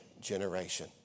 generation